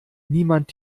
niemand